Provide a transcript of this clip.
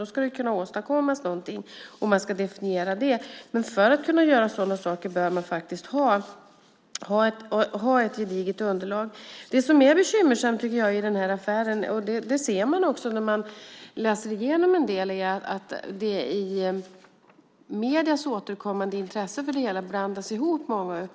Då ska det kunna åstadkommas någonting, och man ska kunna definiera vad. För att kunna göra sådana saker behöver man ha ett gediget underlag. Det finns en sak som är bekymmersam i affären, vilket man också ser när man läser igenom vad som står i medierna. Medierna har ju ett återkommande intresse för det här. Men många uppgifter blandas ihop.